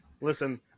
Listen